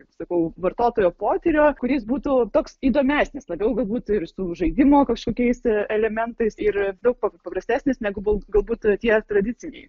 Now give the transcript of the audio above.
kaip sakau vartotojo potyrio kuris būtų toks įdomesnis labiau galbūt ir su žaidimo kažkokiais elementais ir daug paprastesnis negu galbūt tie tradiciniai